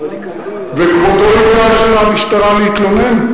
וכבודו ייגש למשטרה להתלונן?